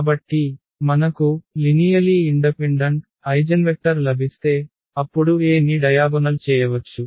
కాబట్టి మనకు సరళంగా స్వతంత్ర ఐగెన్వెక్టర్ లభిస్తే అప్పుడు A ని డయాగొనల్ చేయవచ్చు